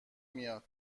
میاد